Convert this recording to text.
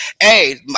Hey